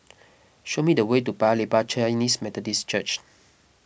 show me the way to Paya Lebar Chinese Methodist Church